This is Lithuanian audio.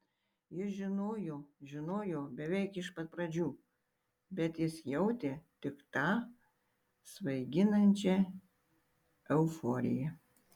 ji žinojo žinojo beveik iš pat pradžių bet jis jautė tik tą svaiginančią euforiją